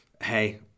hey